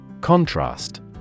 Contrast